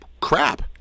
crap